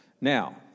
Now